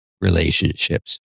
relationships